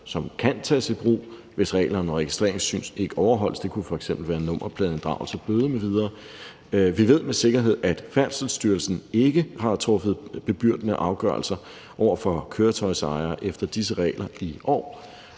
som kan tages i brug, hvis reglerne om registreringssyn ikke overholdes. Det kunne f.eks. være nummerpladeinddragelse, bøde m.v. Vi ved med sikkerhed, at Færdselsstyrelsen ikke har truffet bebyrdende afgørelser over for køretøjsejere efter disse regler i år.